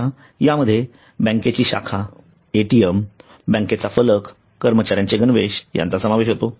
पुन्हा या मध्ये बँकेची शाखाएटीएमबँकेचा फलक कर्मचाऱ्यांचे गणवेश यांचा समावेश होतो